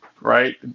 right